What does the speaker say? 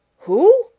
who?